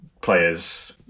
players